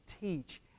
teach